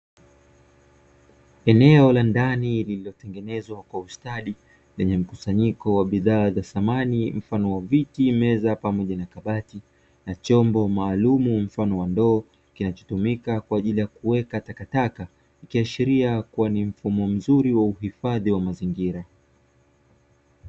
Eneo la ndani lililotengenezwa kwa ustadi lenye mkusanyiko wa bidhaa za samani mfano wa viti, meza pamoja na kabati na chombo maalumu mfano wa ndoo kinachotumika kwa ajili ya kuweka takataka ikiashiria ni mfumo mzuri wa uhifadhi wa mazingira.